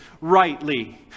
rightly